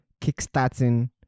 kickstarting